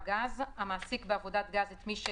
גז המבצע